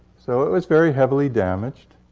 so it was very heavily damaged